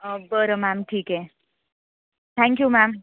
बरं मॅम ठीक आहे थँक्यू मॅम